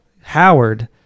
Howard